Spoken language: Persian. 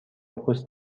پست